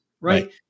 right